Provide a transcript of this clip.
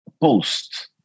post